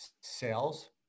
sales